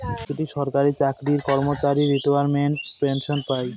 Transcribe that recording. প্রতিটি সরকারি চাকরির কর্মচারী রিটায়ারমেন্ট পেনসন পাই